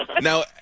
Now